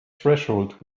threshold